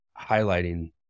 highlighting